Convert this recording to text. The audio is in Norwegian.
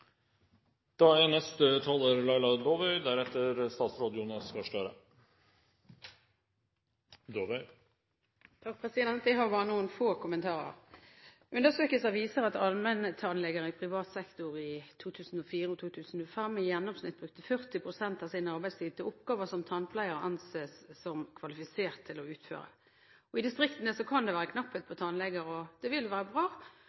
har bare noen få kommentarer. Undersøkelser viser at allmenntannleger i privat sektor i 2004 og 2005 i gjennomsnitt brukte 40 pst. av sin arbeidstid til oppgaver som tannpleier anses som kvalifisert til å utføre. I distriktene kan det være knapphet på tannleger. Da vil det være bra